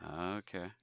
Okay